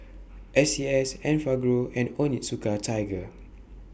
S C S Enfagrow and Onitsuka Tiger